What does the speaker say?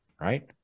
right